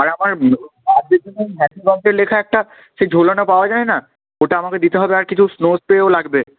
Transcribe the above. আর আমার বার্থডের জন্য ওই হ্যাপি বার্থডে লেখা একটা সেই ঝোলানো পাওয়া যায় না ওটা আমাকে দিতে হবে আর কিছু স্নো স্প্রেও লাগবে